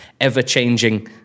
ever-changing